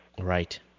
Right